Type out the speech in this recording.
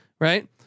Right